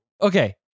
Okay